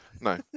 No